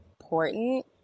important